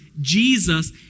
Jesus